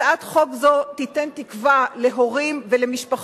הצעת חוק זו תיתן תקווה להורים ולמשפחות